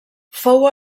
fou